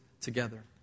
together